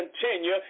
continue